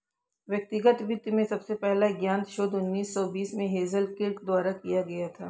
व्यक्तिगत वित्त में सबसे पहला ज्ञात शोध उन्नीस सौ बीस में हेज़ल किर्क द्वारा किया गया था